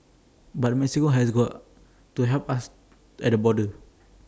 but Mexico has got to help us at the border